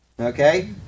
Okay